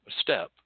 step